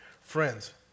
Friends